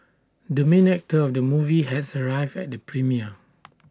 the main actor of the movie has arrived at the premiere